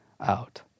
out